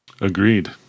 Agreed